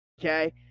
okay